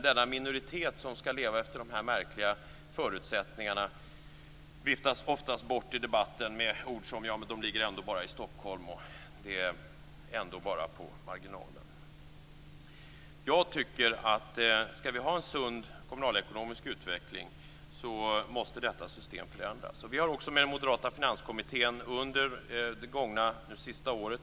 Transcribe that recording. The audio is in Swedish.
Denna minoritet som skall leva efter dessa märkliga förutsättningar viftas bort i debatten med ord som "de är i Stockholm" och "det är ändå bara på marginalen". Detta system måste förändras om det skall bli en sund kommunalekonomisk utveckling. Vi har åkt runt i flera kommuner tillsammans med den moderata finanskommittén.